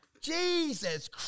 Jesus